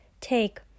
take